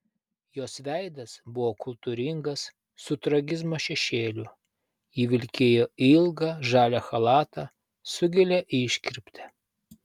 jos veidas buvo kultūringas su tragizmo šešėliu ji vilkėjo ilgą žalią chalatą su gilia iškirpte